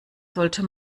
sollte